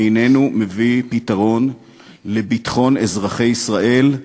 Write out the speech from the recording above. איננו מביא פתרון לביטחון אזרחי ישראל,